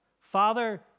Father